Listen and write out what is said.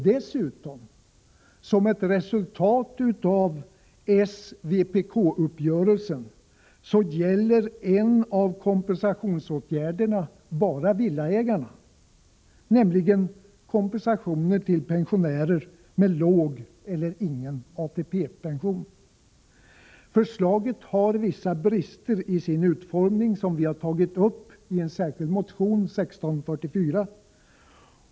Dessutom, som ett resultat av s-vpk-uppgörelsen, gäller en av kompensationsåtgärderna bara villaägarna, nämligen kompensationen till pensionärer med låg eller ingen ATP-pension. Förslaget har vissa brister i sin utformning, vilka vi har tagit upp i en särskild motion, 1644.